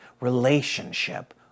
relationship